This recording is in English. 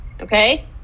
Okay